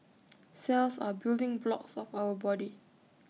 cells are building blocks of our body